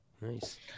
Nice